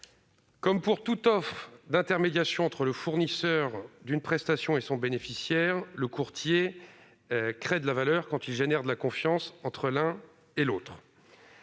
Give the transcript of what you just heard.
Comme pour toute offre d'intermédiation entre le fournisseur d'une prestation et son bénéficiaire, le courtier crée de la valeur quand il génère de la confiance entre l'un et l'autre.